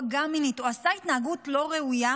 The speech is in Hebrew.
פגע מינית או עשה התנהגות לא ראויה,